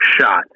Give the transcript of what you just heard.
shot